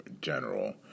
general